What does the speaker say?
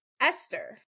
Esther